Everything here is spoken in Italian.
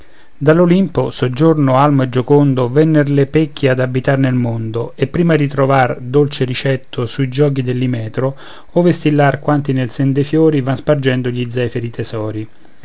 dall'olimpo soggiorno almo e giocondo venner le pecchie ad abitar nel mondo e prima ritrovr dolce ricetto sui gioghi dell'imetto ove stillr quanti nel sen dei fiori van spargendo gli zefiri tesori